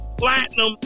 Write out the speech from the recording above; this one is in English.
platinum